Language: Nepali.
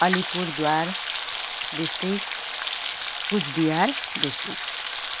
Alipurduar district Coochbehar district